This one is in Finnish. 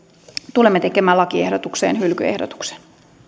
tulemme tekemään lakiehdotukseen hylkyehdotuksen